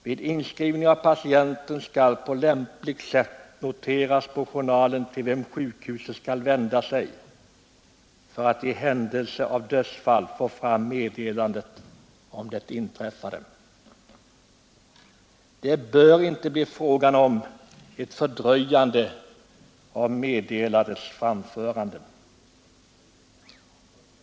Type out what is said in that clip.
Vid inskrivning av patienten skall på lämpligt sätt noteras på journalen till vem sjukhuset skall vända sig för att i händelse av dödsfall få fram meddelandet om det inträffade. Det bör inte bli fråga om ett fördröjande av meddelandets framförande.